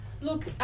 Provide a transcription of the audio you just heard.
Look